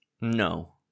No